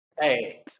Hey